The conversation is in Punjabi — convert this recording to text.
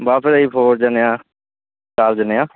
ਬਸ ਫਿਰ ਅਸੀਂ ਫੌਰ ਜਾਣੇ ਹਾਂ ਚਾਰ ਜਾਣੇ ਹਾਂ